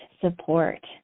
support